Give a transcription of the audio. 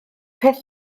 peth